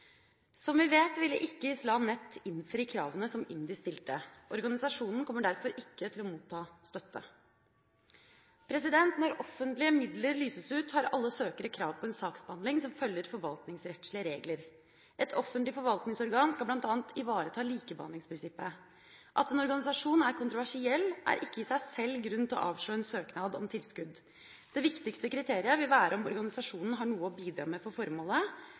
Som vi vet, ville ikke Islam Net innfri kravene som IMDi stilte. Organisasjonen kommer derfor ikke til å motta støtte. Når offentlige midler lyses ut, har alle søkere krav på en saksbehandling som følger forvaltningsrettslige regler. Et offentlig forvaltningsorgan skal bl.a. ivareta likebehandlingsprinsippet. At en organisasjon er kontroversiell, er ikke i seg sjøl grunn til å avslå en søknad om tilskudd. Det viktigste kriteriet vil være om organisasjonen har noe å bidra med for formålet,